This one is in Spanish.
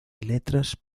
letras